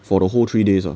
for the whole three days ah